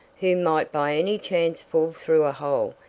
who might by any chance fall through a hole,